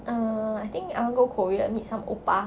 err I think I want go korea meet some oppa